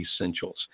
essentials